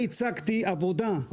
לפני שנה הצגתי עבודה של